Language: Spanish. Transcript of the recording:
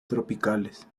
tropicales